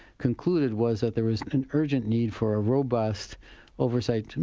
concluded was that there was an urgent need for a robust oversight